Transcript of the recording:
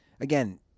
again